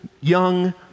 young